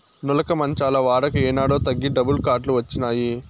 నులక మంచాల వాడక ఏనాడో తగ్గి డబుల్ కాట్ లు వచ్చినాయి